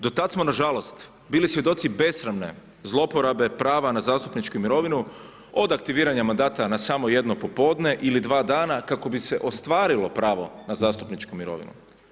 Do tad smo nažalost bili svjedoci besramne zlouporabe prava na zastupničke mirovine od aktiviranja mandata na samo jedno popodne ili samo dva dana kako bi se ostvarilo pravo na zastupničke mirovine.